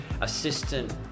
assistant